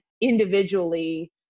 individually